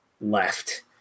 left